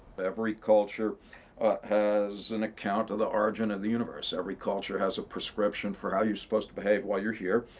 every culture has an account of the origin of the universe. every culture has a prescription for how you're supposed to behave while you're here.